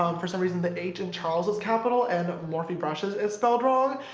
um for some reason the h in charles is capital and morphe brushes is spelled wrong.